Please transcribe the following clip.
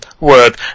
word